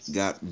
got